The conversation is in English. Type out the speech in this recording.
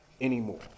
anymore